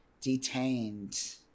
detained